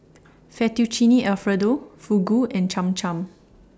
Fettuccine Alfredo Fugu and Cham Cham